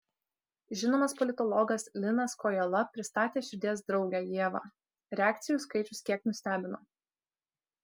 žinomas politologas linas kojala pristatė širdies draugę ievą reakcijų skaičius kiek nustebino